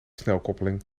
snelkoppeling